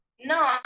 No